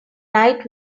night